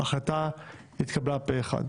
ההחלטה התקבלה פה אחד.